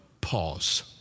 pause